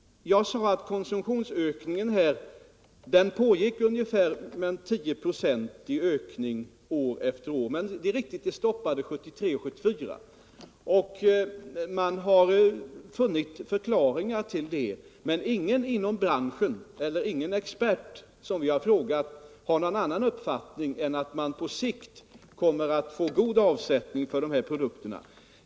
Jag sade att konsumtionsökningen var ungefär 10-procentig år efter år, men det är riktigt att den stoppade 1973 och 1974. Man har funnit förklaringar till det, men ingen inom branschen, ingen expert som vi har frågat, har någon annan uppfattning än att man på sikt kommer att få god användning för de här produkterna.